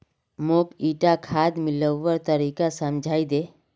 मौक ईटा खाद मिलव्वार तरीका समझाइ दे